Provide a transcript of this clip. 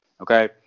Okay